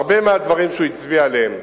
הרבה מהדברים שהוא הצביע עליהם,